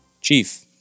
Chief